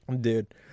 Dude